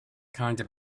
kinda